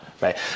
right